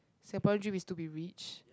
singapore dream is to be rich